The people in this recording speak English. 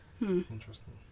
Interesting